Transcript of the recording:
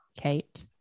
Kate